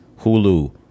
Hulu